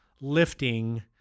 lifting